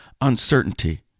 uncertainty